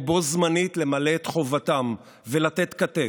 ובו-בזמן למלא את חובתם ולתת כתף,